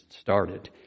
started